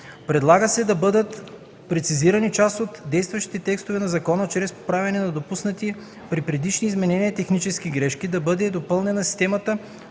Предлага се да бъдат прецизирани част от действащите текстове на закона чрез поправяне на допуснати при предишни изменения технически грешки, да бъде допълнена системата